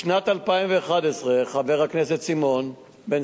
בשנת 2011, חבר הכנסת בן-סימון,